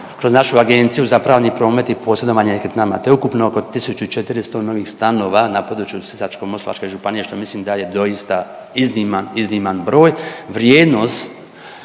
kroz našu Agenciju za pravni promet i posredovanje nekretninama te ukupno oko 1.400 novih stanova na području Sisačko-moslavačke županije što mislim da je doista izniman, izniman broj. Vrijednost